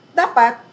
dapat